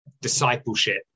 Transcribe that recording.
discipleship